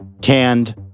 tanned